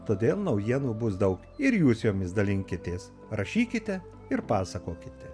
todėl naujienų bus daug ir jūs jomis dalinkitės rašykite ir pasakokite